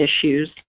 issues